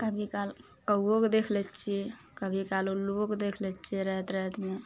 कभी काल कौओके देख लै छियै कभी काल उल्लुओके देख लै छियै राति रातिमे